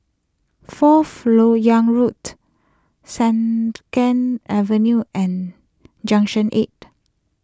Fourth Lok Yang Road send ken Avenue and Junction eight